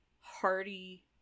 hearty